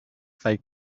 they